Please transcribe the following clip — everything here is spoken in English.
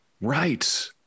Right